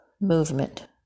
movement